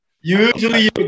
Usually